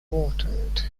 watered